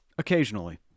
Occasionally